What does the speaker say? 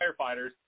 firefighters